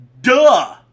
duh